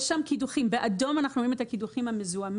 יש שם קידוחים באדום אנחנו רואים את הקידוחים המזוהמים,